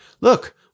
Look